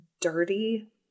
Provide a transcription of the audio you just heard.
dirty